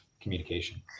communication